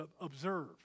observe